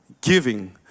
giving